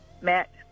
Matt